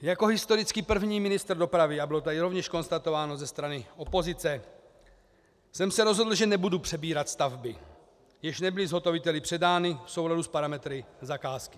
Jako historicky první ministr dopravy, a bylo to tady rovněž konstatováno ze strany opozice, jsem se rozhodl, že nebudu přebírat stavby, jež nebyly zhotoviteli předány v souladu s parametry zakázky.